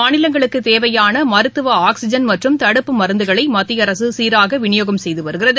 மாநிலங்களுக்குத் தேவையான மருத்துவ ஆக்ஸிஜன் மற்றும் தடுப்பு மருந்துகளை மத்திய அரசு சீராக விநியோகம் செய்து வருகிறது